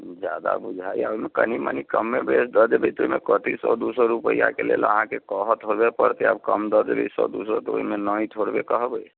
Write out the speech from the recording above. जादा बुझाइया ओहिमे कनि मनी कमे बेस दऽ देबै तऽ ओहिमे कथी सए दू सए रूपैआके लेल अहाँकेँ कहऽ थोड़बे पड़तै आब कम दऽ देबै सए दू सए तऽ ओहिमे नहि थोड़बे कहबै